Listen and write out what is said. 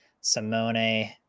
Simone